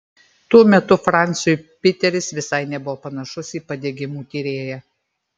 tuo metu franciui piteris visai nebuvo panašus į padegimų tyrėją